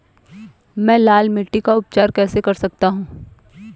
मैं लाल मिट्टी का उपचार कैसे कर सकता हूँ?